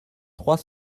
trois